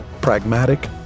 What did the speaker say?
pragmatic